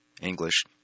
English